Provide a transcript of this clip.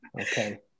Okay